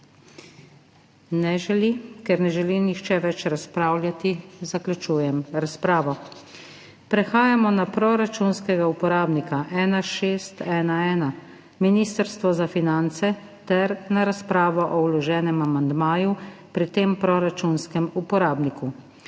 Ne želi. Ker ne želi nihče več razpravljati, zaključujem razpravo. Prehajamo na proračunskega uporabnika 1611 Ministrstvo za finance ter na razpravo o vloženem amandmaju pri tem proračunskem uporabniku.